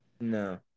No